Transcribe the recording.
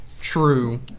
true